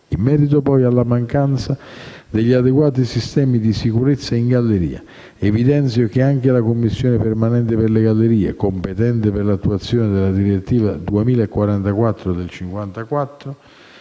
In merito poi alla mancanza di adeguati sistemi di sicurezza in galleria, evidenzio che anche la Commissione permanente per le gallerie, competente per l'attuazione della direttiva 2044/54/CE